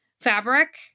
fabric